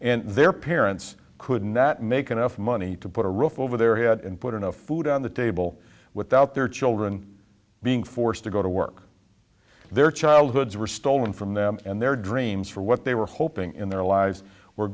and their parents could not make enough money to put a roof over their head and put enough food on the table without their children being forced to go to work their childhoods were stolen from them and their dreams for what they were hoping in their lives were